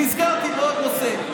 נזכרתי בעוד נושא.